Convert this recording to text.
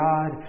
God